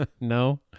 No